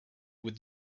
with